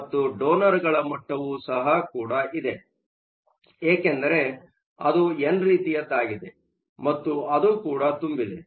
ಮತ್ತು ಡೊನರ್ಗಳ ಮಟ್ಟವು ಸಹ ಕೂಡ ಇದೆ ಏಕೆಂದರೆ ಅದು ಎನ್ ರೀತಿಯದ್ದಾಗಿದೆ ಮತ್ತು ಅದು ಕೂಡ ತುಂಬಿದೆ